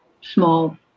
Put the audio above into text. small